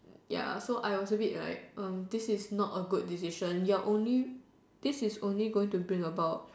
ya so I was a bit like um this is not a good decision you're only this is only going to bring about